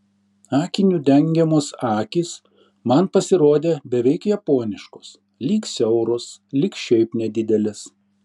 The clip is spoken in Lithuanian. akinių dengiamos akys man pasirodė beveik japoniškos lyg siauros lyg šiaip nedidelės